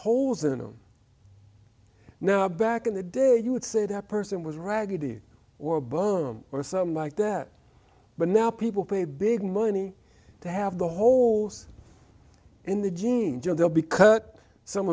holes and i'm now back in the day you would say that person was raggedy or bum or something like that but now people pay big money to have the holes in the gene joe they'll be cut some